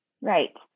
right